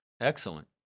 Excellent